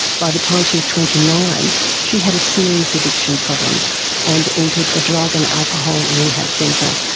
by the time she was twenty nine she had a serious addiction problem and entered a drug and alcohol rehab centre.